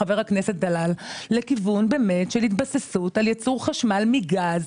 של התבססות על ייצור חשמל מגז.